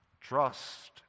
Trust